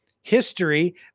history